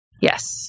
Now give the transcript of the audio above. Yes